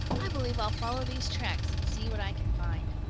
i believe i'll follow these tracks and see what i can find.